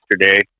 yesterday